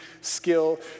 skill